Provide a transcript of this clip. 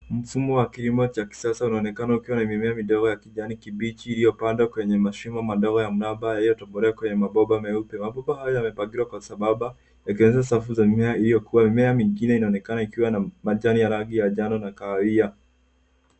Mfumo wa kilimo cha kisasa unaonekana ukiwa na mimea midogo ya kijani kibichi iliyopandwa kwenye mashimo madogo ya mraba yaliyotobolewa kwenye mabomba meupe. Mabomba hayo yamepangiwa kwa sambamba, yakionyesha safu za mimea iliyokua. Mimea mingine inaonekana ikiwa na majani ya rangi ya njano na kahawia.